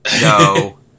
No